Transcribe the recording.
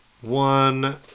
one